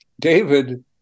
David